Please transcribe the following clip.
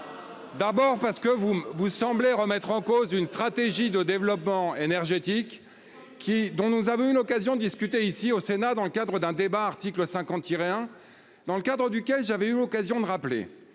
D'abord parce que vous vous semblait remettre en cause une stratégie de développement énergétique qui dont nous avons une occasion discuter ici au Sénat, dans le cadre d'un débat article 50 tirer hein. Dans le cadre duquel j'avais eu l'occasion de rappeler